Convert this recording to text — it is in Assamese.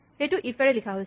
সেইটো ইফ এৰে লিখা হৈছে